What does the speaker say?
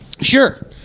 Sure